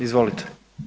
Izvolite.